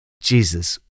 Jesus